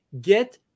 get